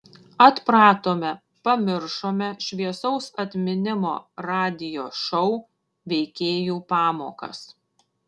atpratome pamiršome šviesaus atminimo radijo šou veikėjų pamokas